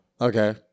Okay